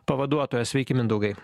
pavaduotojas sveiki mindaugai